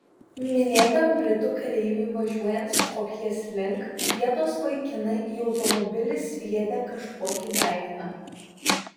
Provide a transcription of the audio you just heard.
minėtam britų kareiviui važiuojant skopjės link vietos vaikinai į automobilį sviedė kažkokį daiktą